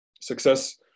success